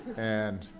and,